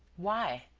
why?